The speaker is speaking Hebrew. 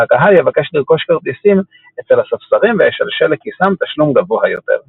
והקהל יבקש לרכוש כרטיסים אצל הספסרים וישלשל לכיסם תשלום גבוה יותר.